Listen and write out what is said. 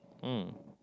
mm